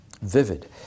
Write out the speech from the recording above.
Vivid